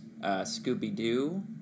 Scooby-Doo